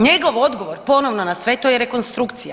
Njegov odgovor ponovo na sve to je rekonstrukcija.